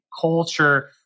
culture